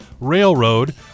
Railroad